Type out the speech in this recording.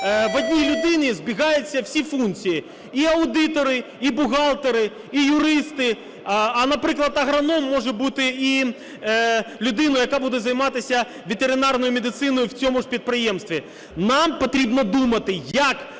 в одній людині збігаються всі функції: і аудитори, і бухгалтери, і юристи. А, наприклад, агроном може бути і людиною, яка буде займатися ветеринарною медициною в цьому ж підприємстві. Нам потрібно думати, як вирощувати